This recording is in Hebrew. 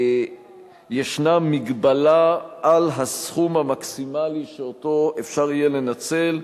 ישנה הגבלה על הסכום המקסימלי שאותו אפשר יהיה לנצל,